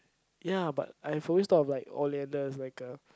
ya but I've always thought of like Oleander as like a